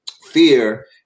fear